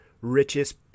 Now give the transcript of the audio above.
richest